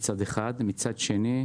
מצד אחד, ומצד שני,